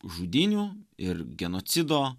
žudynių ir genocido